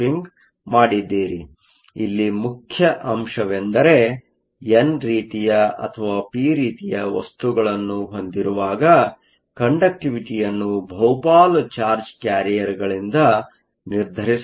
ಆದ್ದರಿಂದ ಇಲ್ಲಿ ಮುಖ್ಯ ಅಂಶವೆಂದರೆ ನೀವು ಎನ್ ರೀತಿಯ ಅಥವಾ ಪಿ ರೀತಿಯ ವಸ್ತುಗಳನ್ನು ಹೊಂದಿರುವಾಗ ಕಂಡಕ್ಟಿವಿಟಿಯನ್ನು ಬಹುಪಾಲು ಚಾರ್ಜ್ ಕ್ಯಾರಿಯರ್ಗಳಿಂದ ನಿರ್ಧರಿಸಲಾಗುತ್ತದೆ